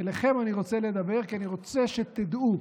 אליכם אני רוצה לדבר, כי אני רוצה שתדעו,